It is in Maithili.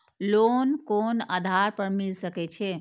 लोन कोन आधार पर मिल सके छे?